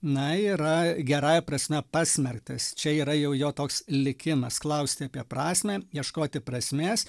na yra gerąja prasme pasmerktas čia yra jau jo toks likimas klausti apie prasmę ieškoti prasmės